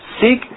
seek